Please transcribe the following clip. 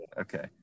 Okay